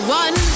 one